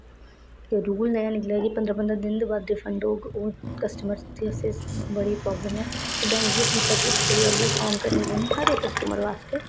कि रूल न इ'यो कि पंदरां पंदरां दिन दे बाद रीफंड होग कस्टमर दी बड़ी प्रॉब्लम ऐ ते बैंक गी अपनी सर्विस स्ट्रांग करनी पौनी हर इक कस्टमर बास्तै